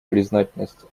признательность